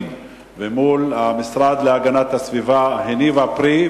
ומול המשרד להגנת הסביבה הניבה פרי,